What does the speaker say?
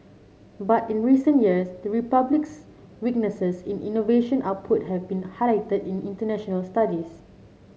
but in recent years the Republic's weaknesses in innovation output have been highlighted in international studies